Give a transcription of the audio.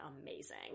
amazing